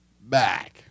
back